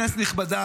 כנסת נכבדה,